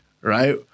right